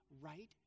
right